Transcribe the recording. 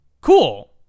cool